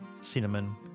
cinnamon